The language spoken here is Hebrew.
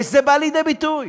וזה בא לידי ביטוי.